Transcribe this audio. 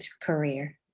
career